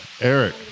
Eric